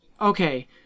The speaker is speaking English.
Okay